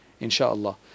inshaAllah